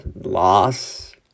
loss